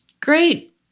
great